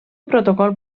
protocol